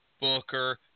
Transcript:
Booker